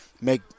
make